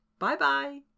Bye-bye